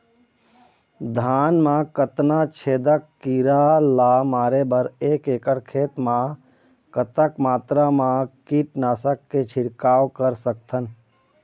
धान मा कतना छेदक कीरा ला मारे बर एक एकड़ खेत मा कतक मात्रा मा कीट नासक के छिड़काव कर सकथन?